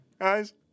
guys